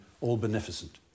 all-beneficent